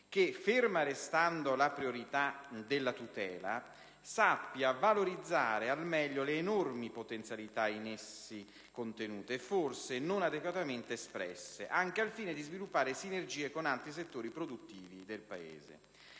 che, ferma restando la priorità della tutela, sappia valorizzare al meglio le enormi potenzialità in essi contenute e, forse, non adeguatamente espresse, anche al fine di sviluppare sinergie con altri settori produttivi del Paese.